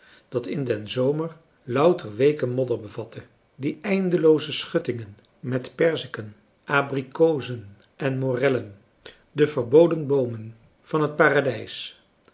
dat in den zomer louter weeke modder bevatte die eindelooze schuttingen met perziken abrikozen en morellen de verboden boomen van het paradijs